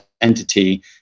entity